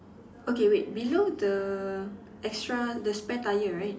okay wait below the extra the spare tyre right